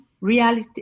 reality